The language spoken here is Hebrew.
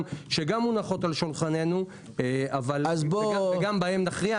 שגם מונחות על שולחננו וגם בהן נכריע.